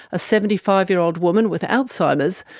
a seventy five year old woman with alzheimer's,